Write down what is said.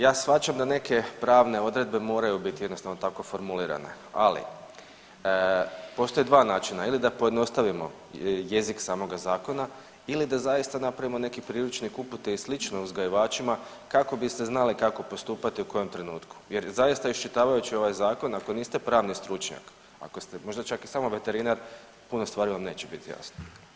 Ja shvaćam da neke pravne odredbe moraju biti jednostavno tako formulirane, ali postoje dva načina ili da pojednostavimo jezik samoga zakona ili da zaista napravimo neki priručnik, upute i slično uzgajivačima kako bi se znale kako postupati u kojem trenutku jer zaista iščitavajući ovaj zakon ako niste pravni stručnjak ako ste možda čak i samo veterinar, puno stvari vam neće biti jasno.